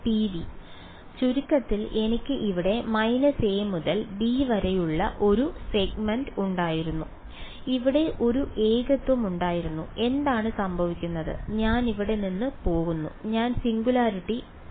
അതിനാൽ ചുരുക്കത്തിൽ എനിക്ക് ഇവിടെ a മുതൽ b വരെയുള്ള ഒരു സെഗ്മെന്റ് ഉണ്ടായിരുന്നു ഇവിടെ ഒരു ഏകത്വം ഉണ്ടായിരുന്നു എന്താണ് സംഭവിക്കുന്നത് ഞാൻ ഇവിടെ നിന്ന് പോകുന്നു ഞാൻ സിംഗുലാരിറ്റി അടിക്കുന്നു